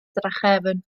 drachefn